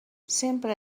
sempre